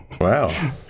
wow